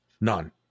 None